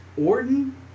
Orton